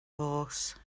horse